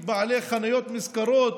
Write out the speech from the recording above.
בעלי חנויות מזכרות,